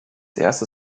erster